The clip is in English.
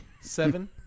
seven